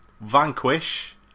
Vanquish